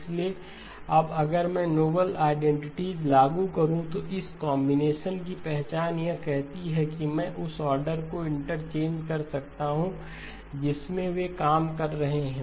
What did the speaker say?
इसलिए अब अगर मैं नोबेल आइडेंटिटीज लागू करूं तो इस कॉम्बिनेशन की पहचान यह कहती है कि मैं उस ऑर्डर को इंटरचेंज कर सकता हूं जिसमें वे काम कर रहे हैं